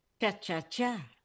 cha-cha-cha